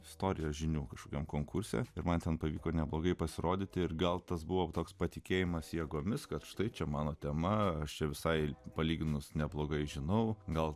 istorijos žinių kažkokiam konkurse ir man ten pavyko neblogai pasirodyti ir gal tas buvo toks patikėjimas jėgomis kad štai čia mano tema aš čia visai palyginus neblogai žinau gal